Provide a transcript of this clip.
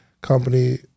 company